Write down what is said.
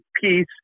peace